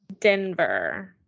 Denver